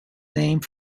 name